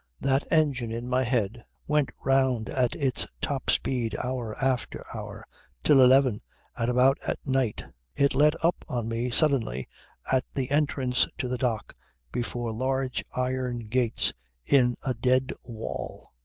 that engine in my head went round at its top speed hour after hour till eleven at about at night it let up on me suddenly at the entrance to the dock before large iron gates in a dead wall.